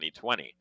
2020